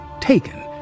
taken